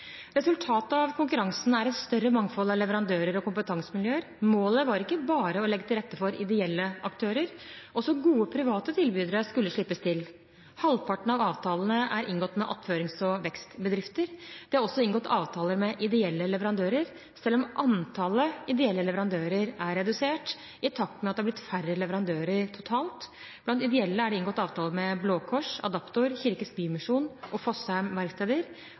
Resultatet av konkurransen er et større mangfold av leverandører og kompetansemiljøer. Målet var ikke bare å legge til rette for ideelle aktører; også gode private tilbydere skulle slippes til. Halvparten av avtalene er inngått med attførings- og vekstbedrifter. Det er også inngått avtaler med ideelle leverandører, selv om antallet ideelle leverandører er redusert i takt med at det har blitt færre leverandører totalt. Blant ideelle er det inngått avtaler med Blå Kors, Adaptor, Kirkens Bymisjon og Fossheim Verksteder,